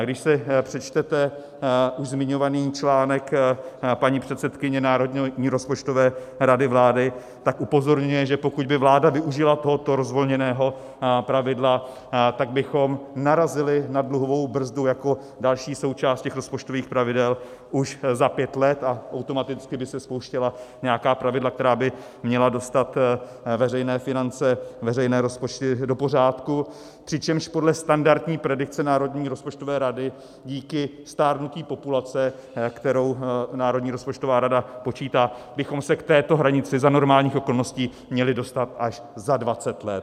Když si přečtete už zmiňovaný článek paní předsedkyně Národní rozpočtové rady vlády, tak upozorňuje, že pokud by vláda využila tohoto rozvolněného pravidla, tak bychom narazili na dluhovou brzdu jako další součást těch rozpočtových pravidel už za pět let a automaticky by se spouštěla nějaká pravidla, která by měla dostat veřejné finance, veřejné rozpočty do pořádku, přičemž podle standardní predikce Národní rozpočtové rady díky stárnutí populace, kterou Národní rozpočtová rada počítá, bychom se k této hranici za normálních okolností měli dostat až za dvacet let.